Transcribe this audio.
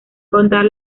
contar